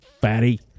fatty